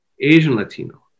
Asian-Latino